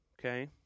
Okay